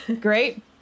great